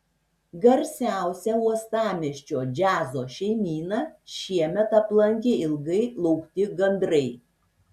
garsiausią uostamiesčio džiazo šeimyną šiemet aplankė ilgai laukti gandrai